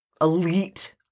elite